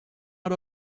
out